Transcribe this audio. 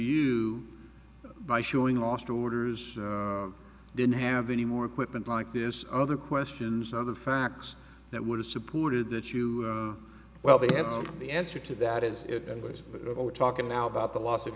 you by showing last orders didn't have any more equipment like this other questions other facts that would have supported that you well the answer the answer to that is what we're talking now about the loss of